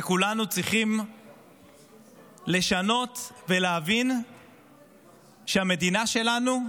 וכולנו צריכים לשנות ולהבין שהמדינה שלנו,